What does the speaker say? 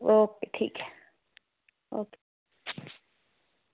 okay ठीक ऐ okay